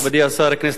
כנסת נכבדה,